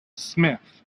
smith